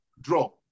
Draw